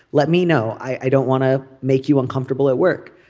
let me know. i don't want to make you uncomfortable at work.